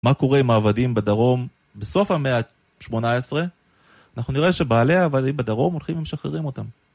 מה קורה עם העבדים בדרום בסוף המאה ה-18? אנחנו נראה שבעלי העבדים בדרום הולכים ומשחררים אותם.